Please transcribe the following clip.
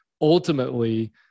ultimately